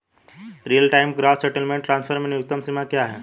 Real time gross settlement transfer में न्यूनतम सीमा क्या है?